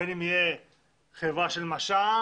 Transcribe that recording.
חברה פרטית,